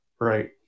Right